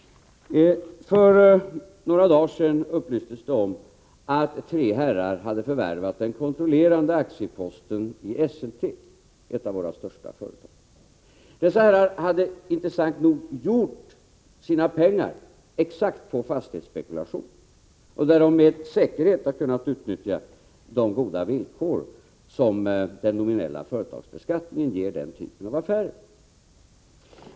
För några dagar sedan upplystes det om att tre herrar hade förvärvat den kontrollerande aktieposten i Esselte, ett av våra största företag. Dessa herrar hade, intressant nog, åstadkommit sina pengar just genom fastighetsspekulation — med säkerhet har de då kunnat utnyttja de goda villkor som den nominella företagsbeskattningen ger den typen av affärer.